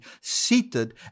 seated